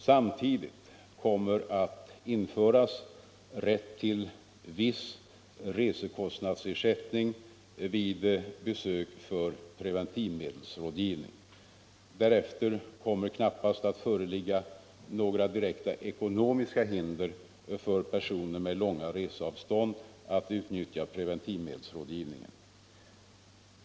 Samtidigt kommer att införas rätt till viss resekostnadsersättning vid besök för preventivmedelsrådgivning. Därefter kommer knappast att föreligga några ekonomiska hinder för personer med långa reseavstånd att utnyttja preventivmedelsrådgivningen.